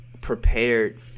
prepared